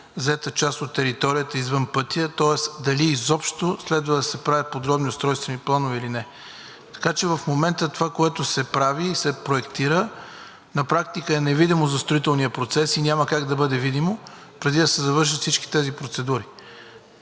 взета част от територията извън пътя, тоест дали изобщо следва да се правят подробни устройствени планове или не. Така че в момента това, което се прави и се проектира, на практика е невидимо за строителния процес и няма как да бъде видимо, преди да се завършат всички тези процедури.